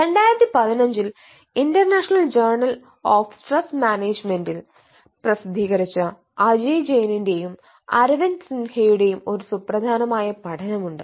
2015ൽ international ജേണലിൽ of stress മാനേജ്മെന്റിൽ പ്രസിദ്ധീകരിച്ച അജയ് ജെയിനിന്റെയും അരവിന്ദ് സിൻഹയുടെയും ഒരു സുപ്രധാനമായ പഠനമുണ്ട്